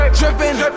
dripping